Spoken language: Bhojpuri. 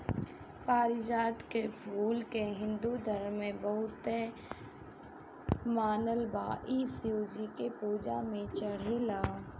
पारिजात के फूल के हिंदू धर्म में बहुते मानल बा इ शिव जी के पूजा में चढ़ेला